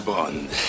Bond